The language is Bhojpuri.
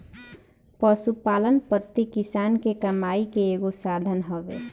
पशुपालन पद्धति किसान के कमाई के एगो साधन हवे